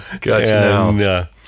Gotcha